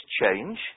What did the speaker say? change